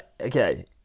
Okay